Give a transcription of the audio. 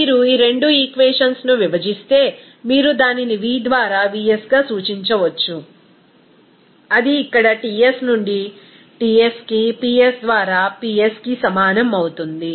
మీరు ఈ రెండు ఈక్వేషన్స్ ను విభజిస్తే మీరు దానిని v ద్వారా vsగా సూచించవచ్చు అది ఇక్కడ Ts నుండి Tsకి Ps ద్వారా Psకి సమానం అవుతుంది